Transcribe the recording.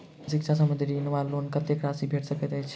शिक्षा संबंधित ऋण वा लोन कत्तेक राशि भेट सकैत अछि?